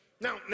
Now